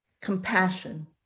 compassion